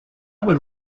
would